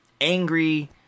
angry